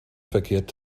verkehrt